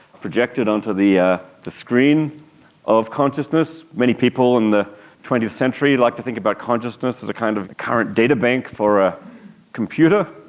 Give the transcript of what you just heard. projected onto the ah the screen of consciousness. many people in the twentieth century like to think about consciousness as a kind of current databank for a computer.